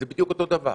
זה בדיוק אותו דבר.